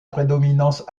prédominance